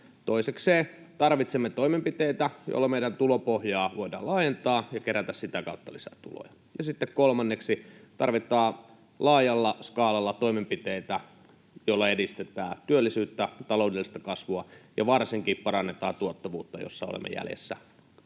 Toisekseen tarvitsemme toimenpiteitä, joilla meidän tulopohjaa voidaan laajentaa ja kerätä sitä kautta lisää tuloja. Ja sitten kolmanneksi tarvitaan laajalla skaalalla toimenpiteitä, joilla edistetään työllisyyttä ja taloudellista kasvua ja varsinkin parannetaan tuottavuutta, jossa olemme jäljessä